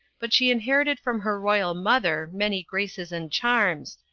but she in herited from her royal mother many graces and charms,